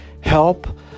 Help